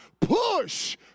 push